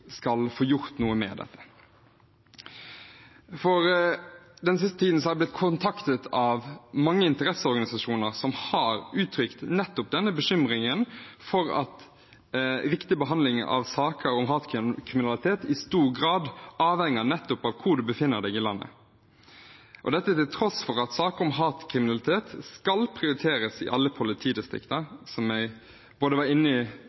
skal få gjort noe med det. Den siste tiden har jeg blitt kontaktet av mange interesseorganisasjoner som har uttrykt nettopp denne bekymringen for at riktig behandling av saker om hatkriminalitet i stor grad avhenger av hvor en befinner seg i landet – dette til tross for at saker om hatkriminalitet skal prioriteres i alle politidistrikter, som jeg var inne på i